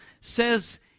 says